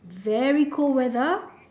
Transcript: very cold weather